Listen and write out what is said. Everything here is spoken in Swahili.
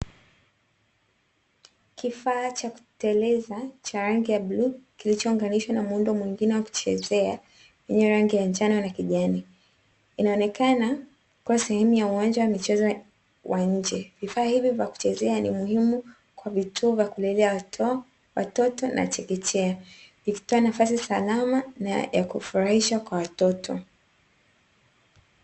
Kifaa cha kuteleza cha rangi ya bluu, kilichounganishwa na muundo mwingine wa kuchezea wenye rangi ya njano na kijani. Inaonekana kuwa sehemu ya uwanja wa michezo wa nje. Vifaa hivi vya kuchezea ni muhimu kwa vituo vya kulelea watoto na chekechea, vikitoa nafasi salama na ya kufurahisha kwa watoto.